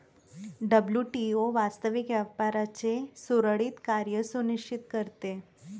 WTO वास्तविक व्यापाराचे सुरळीत कार्य सुनिश्चित करते